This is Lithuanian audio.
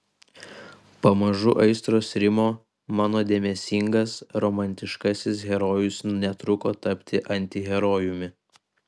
pamažu aistros rimo mano dėmesingas romantiškasis herojus netruko tapti antiherojumi